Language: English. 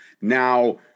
Now